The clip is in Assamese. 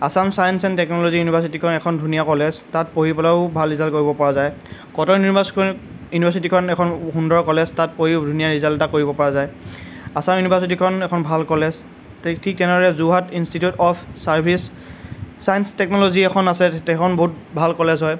আসাম ছায়েঞ্চ এণ্ড টেকন'লজি ইউনিভাৰ্ছিটীখন এখন ধুনীয়া কলেজ তাত পঢ়ি পেলায়ো ভাল ৰিজাল্ট কৰিব পৰা যায় কটন ইউনিভাৰ্ছিখন ইউনিভাৰ্ছিটীখন এখন সুন্দৰ কলেজ তাত পঢ়িও ধুনীয়া ৰিজাল্ট এটা কৰিব পৰা যায় আসাম ইউনিভাৰ্চিটিখন এখন ভাল কলেজ ঠিক তেনেদৰে Jorhat institute of service science technology এখন আছে সেইখন বহুত ভাল কলেজ হয়